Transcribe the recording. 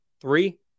Three